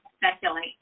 speculate